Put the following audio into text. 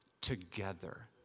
together